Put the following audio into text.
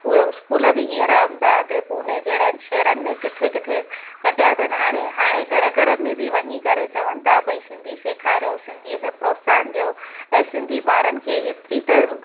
उहे इस्कूल बि हींअर अहमदाबाद पुणे जहिड़ा शहरनि में किथे किथे कढिया अथनि हाणे हाणे घर घर में बि वञी करे चवनि था भई सिंधी सेखारियो सिंधीअ खे प्रोत्साहन ॾियो ऐं सिंधी ॿारनि खे एतिरी त